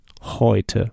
heute